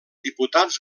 diputats